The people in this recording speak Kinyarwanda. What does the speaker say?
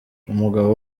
umugabo